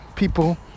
people